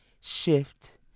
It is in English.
shift